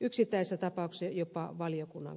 yksittäisessä tapauksessa jopa valiokunnan kanta